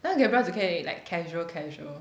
那 gabrielle 只可以 like casual casual